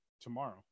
tomorrow